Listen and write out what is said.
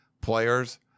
players